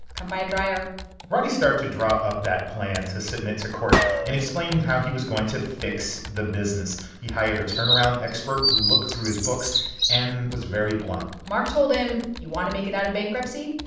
come buy a dryer roddey started to draw up that plan to submit to court and explaining how he was going to fix the business. he hired a turnaround expert who looked through his books and was very blunt mark told him, you want to make it out of bankruptcy?